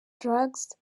drugs